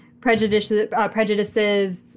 prejudices